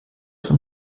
von